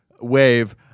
wave